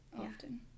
often